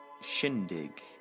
shindig